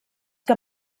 que